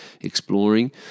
exploring